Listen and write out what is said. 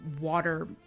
water